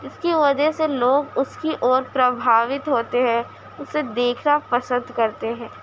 جس کی وجہ سے لوگ اس کی اور پربھاوت ہوتے ہیں اسے دیکھنا پسند کرتے ہیں